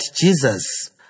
Jesus